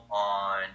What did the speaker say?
on